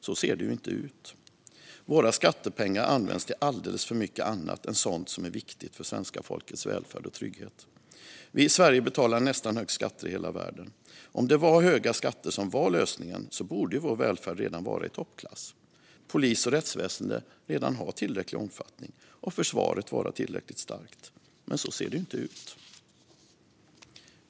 Så ser det inte ut. Våra skattepengar används till alldeles för mycket annat än sådant som är viktigt för svenska folkets välfärd och trygghet. Vi i Sverige betalar nästan de högsta skatterna i hela världen. Om höga skatter var lösningen borde därför vår välfärd redan vara i toppklass, polis och rättsväsen redan ha tillräcklig omfattning och försvaret vara tillräckligt starkt. Men så ser det inte ut.